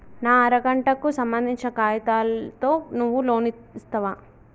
నా అర గంటకు సంబందించిన కాగితాలతో నువ్వు లోన్ ఇస్తవా?